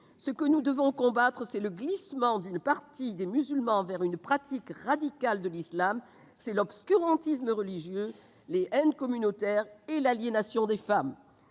Ce que nous devons combattre, c'est le glissement d'une partie des musulmans vers une pratique radicale de l'islam ; c'est l'obscurantisme religieux, les haines communautaires et l'aliénation des femmes.